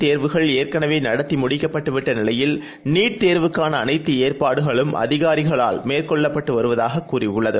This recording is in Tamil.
தேர்வுகள் ஏற்கனவேநடத்திமுடிக்கப்பட்டுவிட்ட நிலையில் நீட் தேர்வுக்கானஅனைத்துஏற்பாடுகளும் அதிகாரிகளால் மேற்கொள்ளப்பட்டுவருவதாககூறியுள்ளது